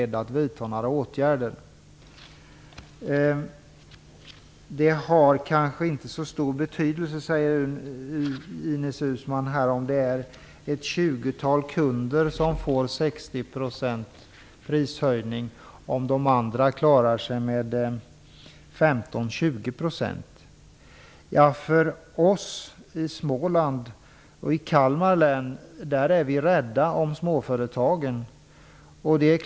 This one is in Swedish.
Det har kanske inte så stor betydelse, säger Ines Uusmann, om ett tjugotal kunder får 60-procentig prishöjning om de andra klarar sig med 15-20 %. Men i Småland, och i Kalmar län, är vi rädda om småföretagen.